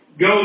Go